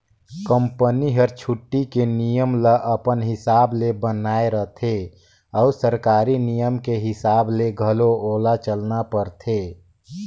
company हर छुट्टी के नियम ल अपन हिसाब ले बनायें रथें अउ सरकारी नियम के हिसाब ले घलो ओला चलना परथे